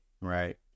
right